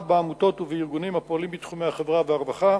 בעמותות ובארגונים הפועלים בתחומי החברה והרווחה,